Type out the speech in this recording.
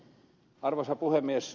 arvoisa puhemies